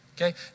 okay